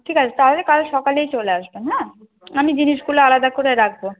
ঠিক আছে তাহলে কাল সকালেই চলে আসবেন হ্যাঁ আমি জিনিসগুলো আলাদা করে রাখবো